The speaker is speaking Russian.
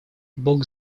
бог